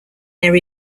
their